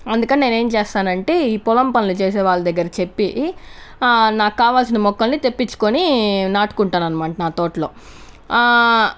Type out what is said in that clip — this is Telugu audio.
అందుకనే నేనేం చేస్తానంటే ఈ పొలం పన్లు చేసే వాళ్ళ దగ్గర చెప్పి నాక్కావల్సిన మొక్కల్ని తెప్పించుకొని నాటుకుంటానన్మాట నా తోటలో